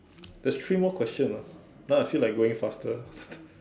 there's three more question lah now I feel like going faster